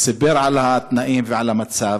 סיפר על התנאים ועל המצב.